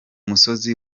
musozi